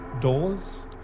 doors